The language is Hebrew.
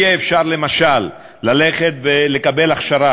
למשל, יהיה אפשר ללכת ולקבל הכשרה